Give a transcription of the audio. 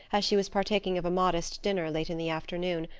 as she was partaking of a modest dinner late in the afternoon,